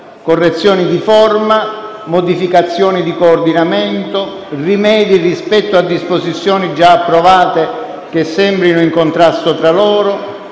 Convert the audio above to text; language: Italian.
«correzioni di forma», «modificazioni di coordinamento», rimedi rispetto a «disposizioni già approvate che sembrino in contrasto tra loro»,